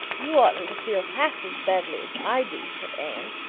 you oughtn't to feel half as badly as i do, said anne,